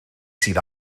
sydd